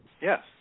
Yes